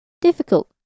difficult